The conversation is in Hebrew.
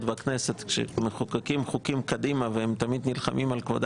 בכנסת כשמחוקקים חוקים קדימה והם תמיד נלחמים על כבודה